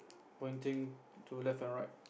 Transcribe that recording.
pointing to left and right